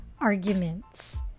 arguments